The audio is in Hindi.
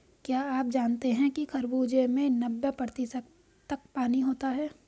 क्या आप जानते हैं कि खरबूजे में नब्बे प्रतिशत तक पानी होता है